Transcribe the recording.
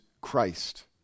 Christ